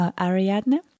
Ariadne